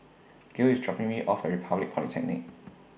Gale IS dropping Me off At Republic Polytechnic